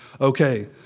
okay